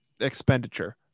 expenditure